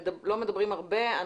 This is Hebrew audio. לא מדברים הרבה.